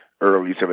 early